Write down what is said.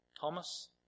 Thomas